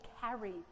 carry